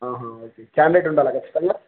ఆహా ఓకే క్యామ్లెట్ ఉండాలి కక్చ్చల్ంగా